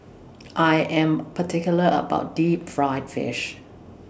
I Am particular about Deep Fried Fish